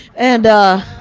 and ah,